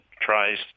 tries